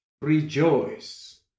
Rejoice